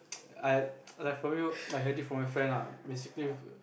I I heard it from my friend lah basically